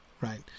right